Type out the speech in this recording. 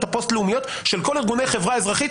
הפוסט לאומיות של כל ארגוני החברה האזרחית,